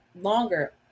longer